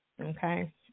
okay